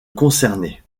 concerné